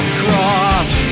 cross